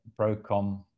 procom